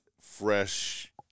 fresh